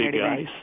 guys